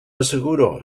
asseguro